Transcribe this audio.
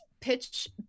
Pitch